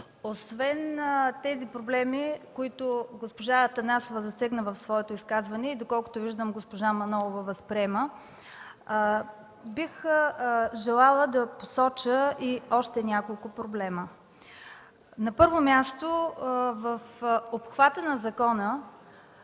Освен тези проблеми, които госпожа Атанасова засегна в своето изказване и доколкото виждам госпожа Манолова възприема, бих желала да посоча още няколко проблема. На първо място, разбира